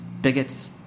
bigots